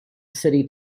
city